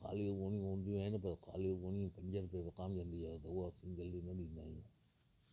खाली ॻूणियूं हूंदियूं आहिनि पर खाली ॻूणियूं पंज रुपए विकामजंदी आहे त उहा असीं जल्दी न ॾींदा आहियूं